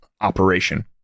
operation